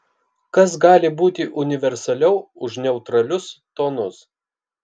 kas gali būti universaliau už neutralius tonus